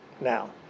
now